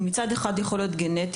כי מצד אחד זה יכול להיות גנטי,